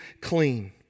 clean